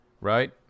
right